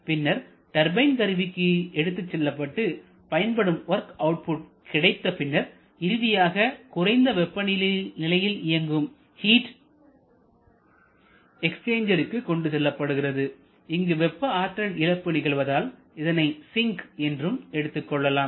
பின்னர் டர்பைன் கருவிக்கு எடுத்துச்செல்லப்பட்டு பயன்படும் வொர்க் அவுட் கிடைத்த பின்னர் இறுதியாக குறைந்த வெப்பநிலையில் இயங்கும் ஹீட் எக்ஸ்சேஞ்சருக்கு கொண்டுசெல்லப்படுகிறது இங்கு வெப்ப ஆற்றல் இழப்பு நிகழ்வதால் இதனை சிங்க் என்றும் எடுத்துக் கொள்ளலாம்